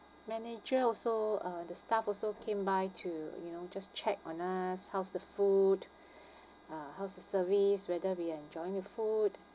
manager also uh the staff also came by to you know just check on us how's the food uh how's the service whether we are enjoying the food